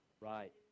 Right